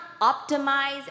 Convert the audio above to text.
optimize